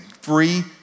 free